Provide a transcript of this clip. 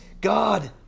God